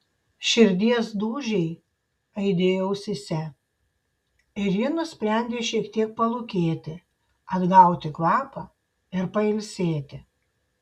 širdies dūžiai aidėjo ausyse ir ji nusprendė šiek tiek palūkėti atgauti kvapą ir pailsėti